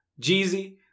Jeezy